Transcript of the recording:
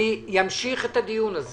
אני אמשיך את הדיון הזה